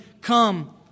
come